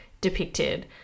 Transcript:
depicted